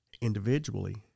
individually